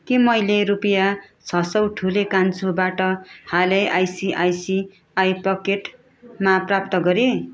के मैले रुपियाँ छ सौ ठुले कान्छोबाट हालै आइसिआइसिआई पकेटमा प्राप्त गरेँ